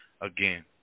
again